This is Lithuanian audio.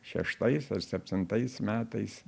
šeštais ar septintais metais